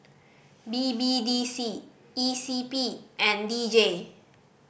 B B D C E C P and D J